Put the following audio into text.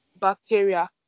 bacteria